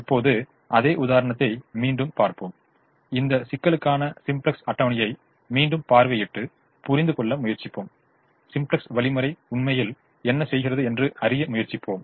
இப்போது அதே உதாரணத்தை மீண்டும் பார்ப்போம் இந்த சிக்கலுக்கான சிம்ப்ளக்ஸ் அட்டவணையை மீண்டும் பார்வையிட்டு புரிந்துகொள்ள முயற்சிப்போம் சிம்ப்ளக்ஸ் வழிமுறை உண்மையில் என்ன செய்கிறது என்று அறிய முயற்சிப்போம்